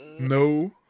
no